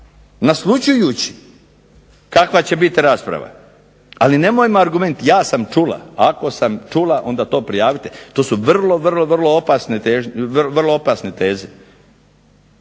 naslućujući kakva će biti rasprava ali nemojmo argument ja sam čula. Ako sam čula onda to prijavite. To su vrlo, vrlo, vrlo opasne teze